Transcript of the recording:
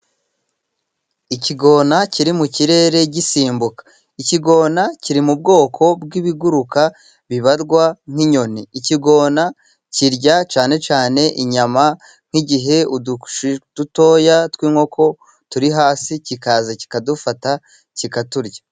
Ikigona kiri mu kirere gisimbuka. Ikigona kiri mu bwoko bw'ibiguruka， bibarwa nk'inyoni， ikigona kirya cyane cyane，inyama nk'igihe udushwi dutoya tw'inkoko turi hasi，kikaza kikadufata kikaturya.